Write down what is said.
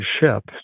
ship